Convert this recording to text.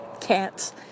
cats